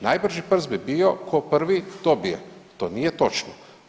Najbrži prst bi bio ko prvi dobije, to nije točno.